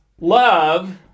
love